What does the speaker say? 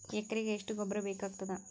ಎಕರೆಗ ಎಷ್ಟು ಗೊಬ್ಬರ ಬೇಕಾಗತಾದ?